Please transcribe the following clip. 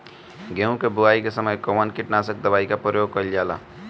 गेहूं के बोआई के समय कवन किटनाशक दवाई का प्रयोग कइल जा ला?